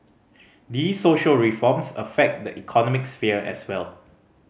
these social reforms affect the economic sphere as well